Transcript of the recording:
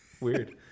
Weird